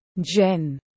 Jen